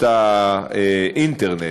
באינטרנט.